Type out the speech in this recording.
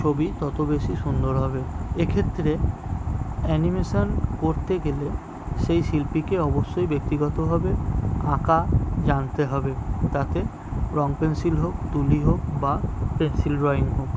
ছবি তত বেশি সুন্দর হবে এক্ষেত্রে অ্যানিমেশন করতে গেলে সেই শিল্পীকে অবশ্যই ব্যক্তিগতভাবে আঁকা জানতে হবে তাতে রঙ পেন্সিল হোক তুলি হোক বা পেন্সিল ড্রয়িং হোক